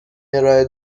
ارائه